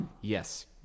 Yes